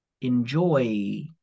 enjoy